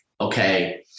okay